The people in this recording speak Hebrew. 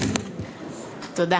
תודה.